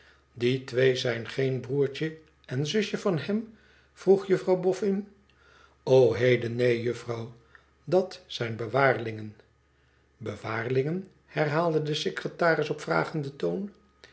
idie twee zijn geen broertje en zusje van hem vroeg juffrouw boffin lo heden neen juffrouw dat zijn bewaarlingen ibewaarlingen herhaalde de secretaris op vragenden toon